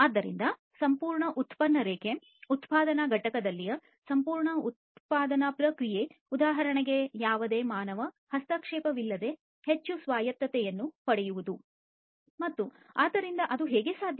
ಆದ್ದರಿಂದ ಸಂಪೂರ್ಣ ಉತ್ಪನ್ನ ರೇಖೆ ಉತ್ಪಾದನಾ ಘಟಕದಲ್ಲಿನ ಸಂಪೂರ್ಣ ಉತ್ಪಾದನಾ ಪ್ರಕ್ರಿಯೆ ಉದಾಹರಣೆಗೆ ಯಾವುದೇ ಮಾನವ ಹಸ್ತಕ್ಷೇಪವಿಲ್ಲದೆ ಹೆಚ್ಚು ಸ್ವಾಯತ್ತತೆಯನ್ನು ಪಡೆಯುವುದು ಅದು ಹೇಗೆ ಸಾಧ್ಯ